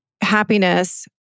happiness